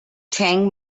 chiang